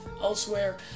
elsewhere